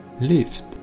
lift